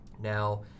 Now